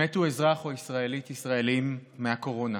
מתו אזרח או אזרחית ישראלים מהקורונה.